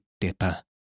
Dipper